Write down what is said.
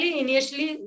initially